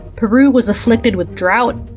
peru was afflicted with drought.